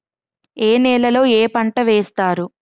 ఏ నేలలో ఏ పంట వేస్తారు?